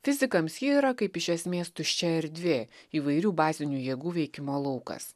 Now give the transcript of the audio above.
fizikams ji yra kaip iš esmės tuščia erdvė įvairių bazinių jėgų veikimo laukas